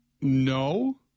no